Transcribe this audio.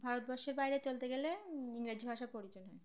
ভারতবর্ষের বাইরে চলতে গেলে ইংরাজি ভাষার প্রজন হয়